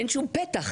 פתח,